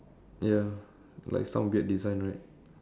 ya like some weird design right